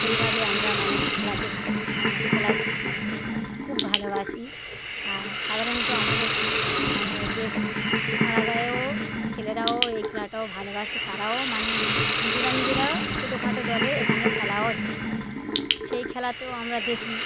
সেইভাবে আমরা মানে খেলাকে মানে খেলা খুব ভালোবাসি সাধারণত আমাদের মানে দেশ পাড়াগাঁয়েও ছেলেরাও এই খেলাটাও ভালোবাসে তারাও মানে নিজেরা নিজেরাও ছোটো খাটো দলে এখানে খেলাও দেয় সেই খেলাতেও আমরা দেখি